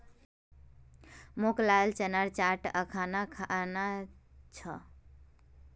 मोक लाल चनार चाट अखना खाना छ